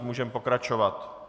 Můžeme pokračovat.